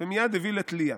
ומייד הביא לתלייה.